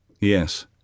Yes